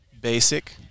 basic